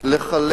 לחלק